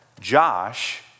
Josh